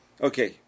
Okay